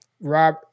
Rob